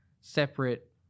separate